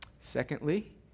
Secondly